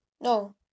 No